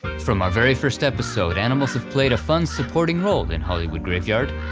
from our very first episode animals have played a fun supporting role in hollywood graveyard.